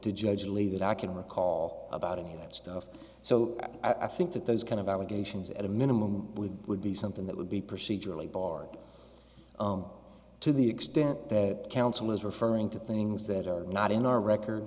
the judge lee that i can recall about any of that stuff so i think that those kind of allegations at a minimum would would be something that would be procedurally barred ome to the extent that counsel is referring to things that are not in our record